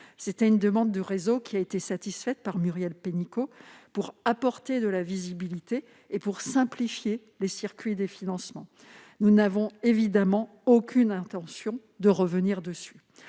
C'était une demande du réseau, qui a été satisfaite par Muriel Pénicaud pour apporter de la visibilité et simplifier les circuits de financement. Nous n'avons évidemment aucune intention de revenir sur